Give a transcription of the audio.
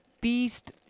beast